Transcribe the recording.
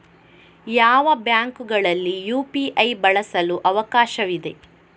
ಯಾವ ಬ್ಯಾಂಕುಗಳಲ್ಲಿ ಯು.ಪಿ.ಐ ಬಳಸಲು ಅವಕಾಶವಿದೆ?